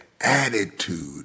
attitude